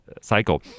cycle